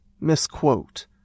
misquote